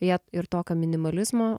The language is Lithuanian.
jie ir tokio minimalizmo